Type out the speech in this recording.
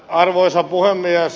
arvoisa puhemies